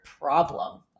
problem